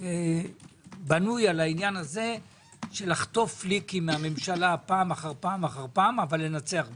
אני בנוי על זה של לחטוף פליקים מהממשלה פעם אחר פעם אבל לנצח בסוף.